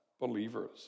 believers